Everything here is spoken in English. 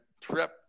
trip